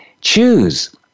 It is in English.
choose